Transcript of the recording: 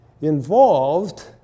involved